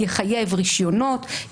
יחייב רישיונות,